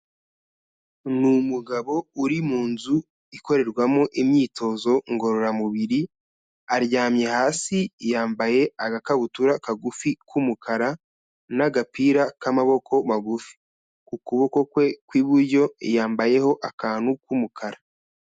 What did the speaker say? Ni umugabo uri mu nzu ikorerwamo imyitozo ngororamubiri, aryamye hasi yambaye agakabutura kagufi k'umukara n'agapira k'amaboko magufi, ku kuboko kwe kw'iburyo yambayeho akantu k'umukara.